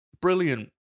brilliant